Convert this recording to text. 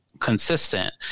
consistent